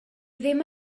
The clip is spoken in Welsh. ddim